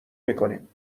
میکنیم